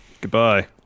Goodbye